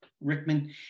Rickman